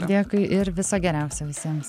dėkui ir viso geriausio visiems